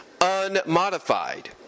unmodified